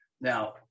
Now